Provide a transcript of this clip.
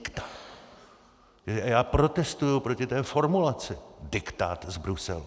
A já protestuji proti té formulaci diktát z Bruselu.